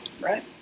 right